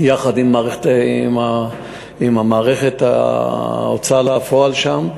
יחד עם מערכת ההוצאה לפועל שם,